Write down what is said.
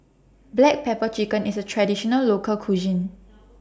Black Pepper Chicken IS A Traditional Local Cuisine